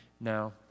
now